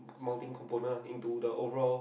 moulding component into the overall